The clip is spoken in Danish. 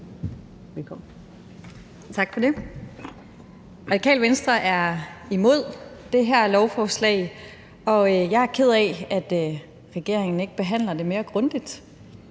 Rod (RV): Tak for det. Radikale Venstre er imod det her lovforslag, og jeg er ked af, at regeringen ikke behandler det mere grundigt.